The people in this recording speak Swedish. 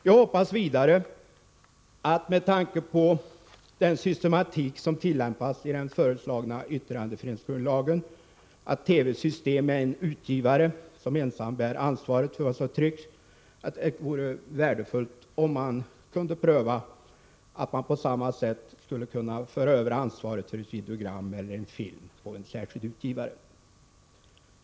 Jag anser vidare att det vore värdefullt — med tanke på den systematik som tillämpas i den föreslagna yttrandefrihetsgrundlagen — om TF:s system med en utgivare som ensam bär ansvaret för vad som trycks fördes över på så sätt att ansvaret för ett videogram eller en film vilar på en särskild utgivare.